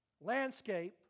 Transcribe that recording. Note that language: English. landscape